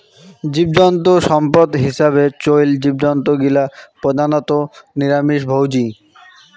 জীবজন্তু সম্পদ হিছাবে চইল জীবজন্তু গিলা প্রধানত নিরামিষভোজী